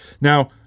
Now